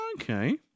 Okay